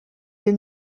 des